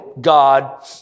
God